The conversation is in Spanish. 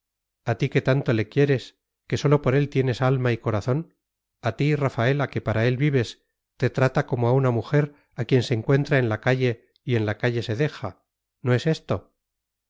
a ti que tanto le quieres que sólo por él tienes alma y corazón a ti rafaela que para él vives te trata como a una mujer a quien se encuentra en la calle y en la calle se deja no es esto